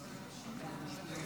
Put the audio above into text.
אני